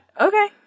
okay